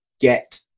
get